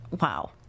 Wow